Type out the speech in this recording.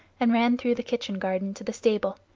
and ran through the kitchen-garden to the stable.